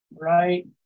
right